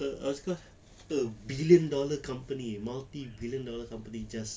a a billion dollar company multi billion dollar company just